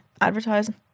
advertising